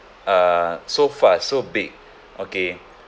uh so fast so big okay